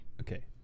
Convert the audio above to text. Okay